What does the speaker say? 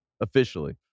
Officially